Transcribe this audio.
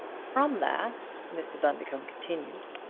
from that, mr. bundercombe continued,